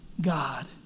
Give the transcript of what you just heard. God